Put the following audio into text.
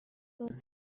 لطفا